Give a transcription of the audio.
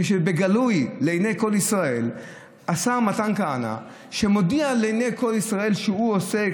כשבגלוי לעיני כל ישראל השר מתן כהנא מודיע לעיני כל ישראל שהוא עושה,